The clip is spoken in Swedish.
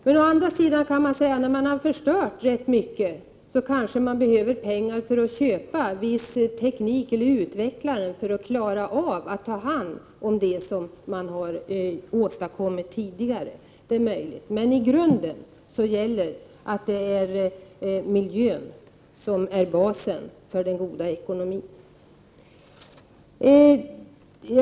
Men å andra sidan kan man säga att när man har förstört ganska mycket kanske man behöver pengar för att köpa viss teknik eller utveckla sådan för att klara av att ta hand om det som har förstörts tidigare. Men miljön måste vara basen för den goda ekonomin.